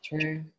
True